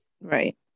right